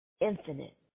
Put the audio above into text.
infinite